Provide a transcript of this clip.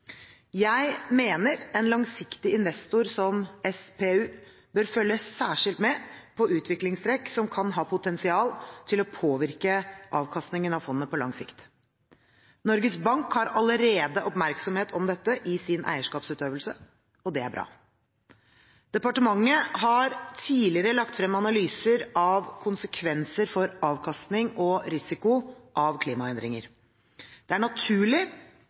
Jeg mener at en langsiktig investor som SPU bør følge særskilt med på utviklingstrekk som kan ha potensial til å påvirke avkastningen av fondet på lang sikt. Norges Bank har allerede oppmerksomhet om dette i sin eierskapsutøvelse, og det er bra. Departementet har tidligere lagt frem analyser av konsekvenser for avkastning og risiko av klimaendringer. Det er naturlig